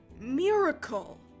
miracle